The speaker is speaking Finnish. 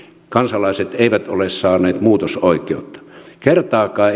kansalaiset eivät ole saaneet muutosoikeutta kertaakaan